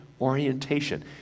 orientation